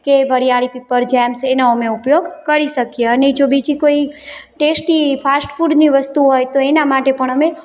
કે વરિયાળી પીપર જેમ્સ એનો અમે ઉપયોગ કરી શકીએ અને જો બીજી કોઈ ટેસ્ટી ફાસ્ટફૂડની વસ્તુ હોય તો એના માટે પણ અમે